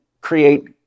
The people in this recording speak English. create